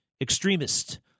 extremist